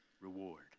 reward